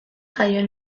jaio